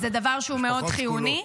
זה דבר שהוא מאוד חיוני.